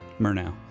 Murnau